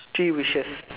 three wishes